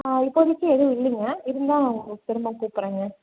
ஆ இப்போதைக்கு எதுவும் இல்லைங்க இருந்தா நான் உங்களுக்கு திரும்ப கூப்பிறங்க